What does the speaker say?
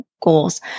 goals